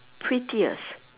pettiest